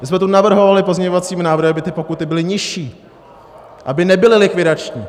My jsme tu navrhovali pozměňovacími návrhy, aby pokuty byly nižší, aby nebyly likvidační.